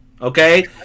Okay